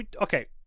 Okay